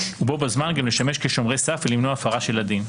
ובו בזמן לשמש גם כשומרי סף ולמנוע הפרה של הדין.